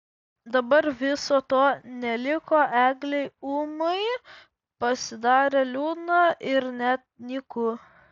dabar viso to neliko eglei ūmai pasidarė liūdna ir net nyku